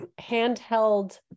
handheld